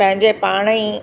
पंहिंजे पाण ई